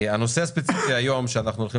הנושא הספציפי היום שאנחנו הולכים